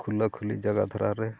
ᱠᱷᱩᱞᱟᱹ ᱠᱷᱩᱞᱤ ᱡᱟᱭᱜᱟ ᱫᱷᱟᱨᱟᱨᱮ